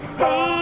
hey